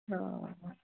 ਹਾਂ